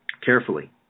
Carefully